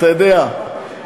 אתה יודע,